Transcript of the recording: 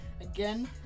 Again